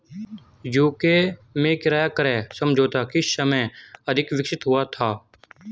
UK में किराया क्रय समझौता किस समय अधिक विकसित हुआ था?